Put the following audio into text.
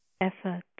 Effort